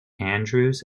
andrews